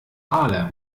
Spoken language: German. aale